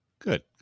Good